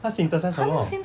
他 synthesise 什么